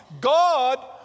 God